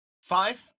Five